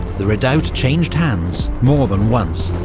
the redoubt changed hands more than once.